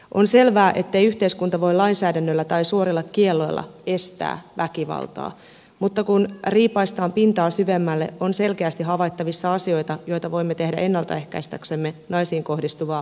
on selvää ettei yhteiskunta voi lainsäädännöllä tai suorilla kielloilla estää väkivaltaa mutta kun riipaistaan pintaa syvemmälle on selkeästi havaittavissa asioita joita voimme tehdä ennalta ehkäistäksemme naisiin kohdistuvaa väkivaltaa